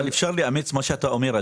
אבל אפשר לאמץ מה שאתה אומר,